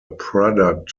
product